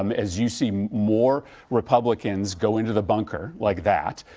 um as you see more republicans going to the bunker like that,